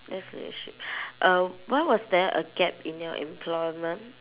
that's leadership uh why was there a gap in your employment